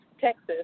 Texas